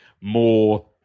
more